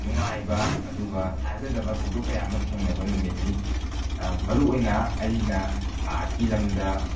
ꯅꯨꯡꯉꯥꯏꯕ ꯑꯗꯨꯒ ꯊꯥꯖꯗꯕ ꯊꯧꯗꯣꯛ ꯀꯌꯥ ꯑꯃ ꯊꯦꯡꯅꯕ ꯅꯨꯃꯤꯠꯅꯤ ꯃꯔꯨ ꯑꯣꯏꯅ ꯑꯩꯅ ꯑꯥꯔꯠꯀꯤ ꯂꯝꯗ ꯈꯣꯡ